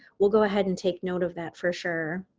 we'll go ahead and take note of that for sure.